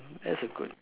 that's a good